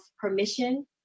permission